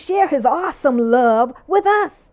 share his awesome love with us